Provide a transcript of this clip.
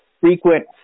frequent